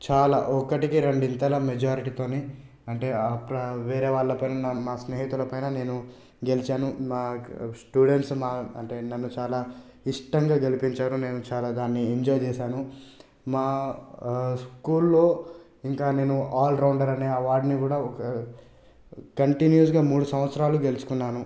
చాలా ఒక్కటికి రెండింతల మెజారిటీతోనే అంటే అప్రా వేరే వాళ్ళ పైన నా స్నేహితుల పైన నేను గెలిచాను నా స్టూడెంట్స్ నా అంటే నన్ను చాలా ఇష్టంగా గెలిపించారు నేను చాలా దాన్ని ఎంజాయ్ చేశాను మా స్కూల్లో ఇంకా నేను ఆల్ రౌండర్ అనే అవార్డుని కూడా కంటిన్యూస్గా మూడు సంవత్సరాలు గెలుచుకున్నాను